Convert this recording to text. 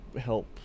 help